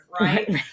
right